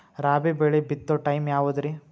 ರಾಬಿ ಬೆಳಿ ಬಿತ್ತೋ ಟೈಮ್ ಯಾವದ್ರಿ?